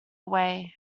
away